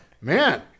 man